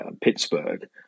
Pittsburgh